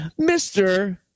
Mr